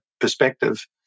perspective